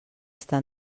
està